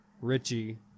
Richie